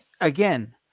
again